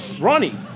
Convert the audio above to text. Ronnie